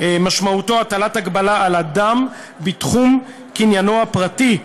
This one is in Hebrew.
משמעותו הטלת הגבלה על אדם בתחום קניינו הפרטי,